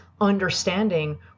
understanding